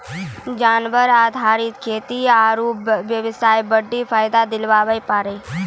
जानवर आधारित खेती आरू बेबसाय बड्डी फायदा दिलाबै पारै